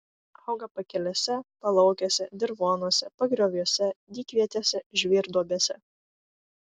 auga pakelėse palaukėse dirvonuose pagrioviuose dykvietėse žvyrduobėse